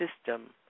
system